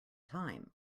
time